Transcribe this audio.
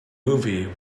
movie